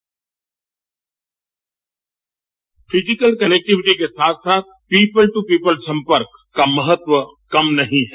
bite physical connectivity के साथ साथ पीपुल टू पीपुल संपर्क का महत्व कम नहीं है